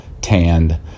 tanned